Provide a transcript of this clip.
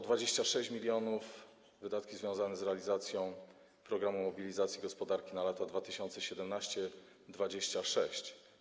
26 mln zł - wydatki związane z realizacją „Programu mobilizacji gospodarki na lata 2017-2026”